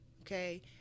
Okay